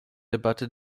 debatte